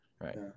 right